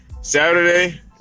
Saturday